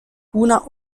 una